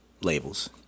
labels